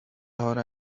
hora